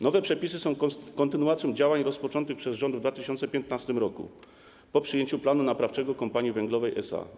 Nowe przepisy są kontynuacją działań rozpoczętych przez rząd w 2015 r. po przyjęciu planu naprawczego dla Kompanii Węglowej SA.